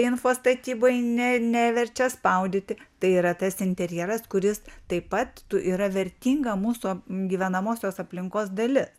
info statyboj ne neverčia spaudyti tai yra tas interjeras kuris taip pat tu yra vertinga mūsų a gyvenamosios aplinkos dalis